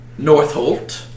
Northolt